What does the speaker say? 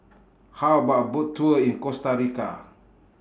How about A Boat Tour in Costa Rica